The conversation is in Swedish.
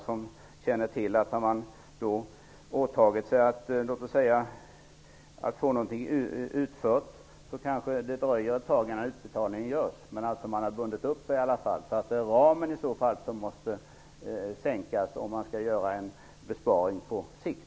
Han känner till att det kanske dröjer ett tag innan utbetalning görs om man åtagit sig att utföra någonting. Men man har i alla fall bundit upp sig. Det är i så fall ramen som måste minskas om man skall göra en besparing på sikt.